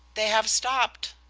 they have stopped!